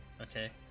Okay